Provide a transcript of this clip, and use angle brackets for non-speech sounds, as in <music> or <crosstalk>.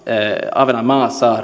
ahvenanmaa saa <unintelligible>